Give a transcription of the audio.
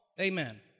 Amen